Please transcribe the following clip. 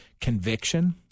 conviction